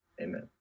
amen